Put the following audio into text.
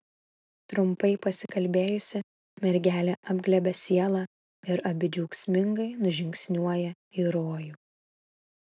trumpai pasikalbėjusi mergelė apglėbia sielą ir abi džiaugsmingai nužingsniuoja į rojų